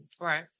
Right